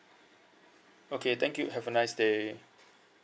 okay thank you have a nice day